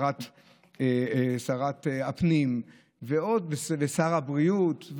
שרת הפנים ושר הבריאות,